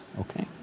okay